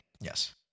yes